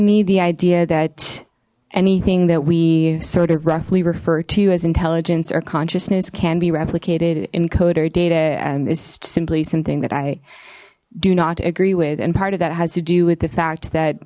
me the idea that anything that we sort of roughly refer to as intelligence or consciousness can be replicated encoder data and is simply something that i do not agree with and part of that has to do with the fact that